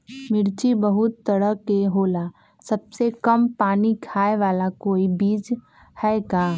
मिर्ची बहुत तरह के होला सबसे कम पानी खाए वाला कोई बीज है का?